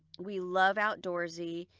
we loved outdoorsy.